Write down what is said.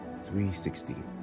3.16